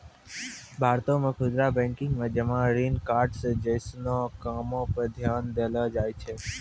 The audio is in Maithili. भारतो मे खुदरा बैंकिंग मे जमा ऋण कार्ड्स जैसनो कामो पे ध्यान देलो जाय छै